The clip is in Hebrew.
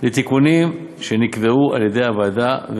לתיקונים שנקבעו על-ידי הוועדה.